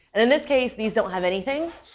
and in this case, these don't have anything,